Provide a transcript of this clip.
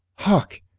hark!